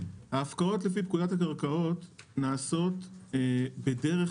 ההפקעות לפי פקודת הקרקעות נעשות בדרך